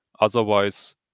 Otherwise